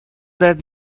that